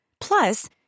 Plus